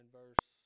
verse